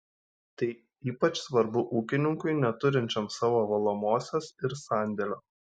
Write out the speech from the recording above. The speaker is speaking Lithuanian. tai ypač svarbu ūkininkui neturinčiam savo valomosios ir sandėlio